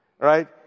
right